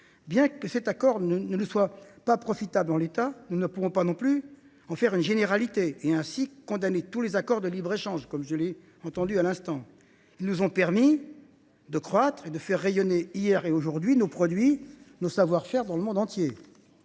Bien que cet accord ne nous soit pas profitable en l’état, nous ne pouvons pas non plus en faire une généralité et condamner ainsi tous les accords de libre échange, comme je l’ai entendu à l’instant. Les accords nous ont permis de croître et de faire rayonner hier et aujourd’hui nos produits, nos savoir faire dans le monde entier.